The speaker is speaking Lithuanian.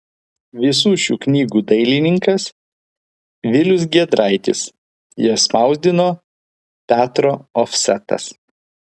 visų šių knygų dailininkas vilius giedraitis jas spausdino petro ofsetas